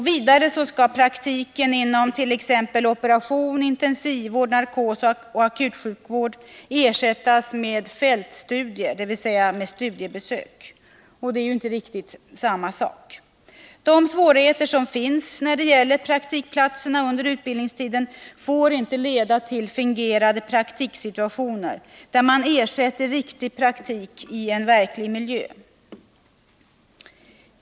Vidare skall praktik inom t.ex. operation, intensivvård, narkos 'och akutsjukvård ersättas med fältstudier, dvs. studiebesök — och det är ju inte riktigt samma sak. De svårigheter som finns när det gäller praktikplatserna under utbildningstiden får inte leda till att man skapar fingerade praktiksituationer som ersätter riktig praktik i en verklig miljö.